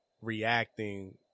reacting